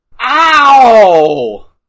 Ow